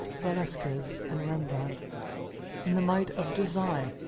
velasquez, and rembrandt in the might of design,